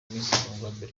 miss